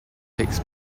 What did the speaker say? takes